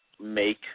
make